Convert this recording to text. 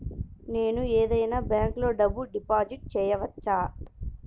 నేను ఏదైనా బ్యాంక్లో డబ్బు డిపాజిట్ చేయవచ్చా?